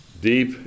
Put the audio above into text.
deep